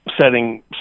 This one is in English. setting